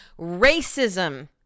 Racism